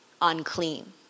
unclean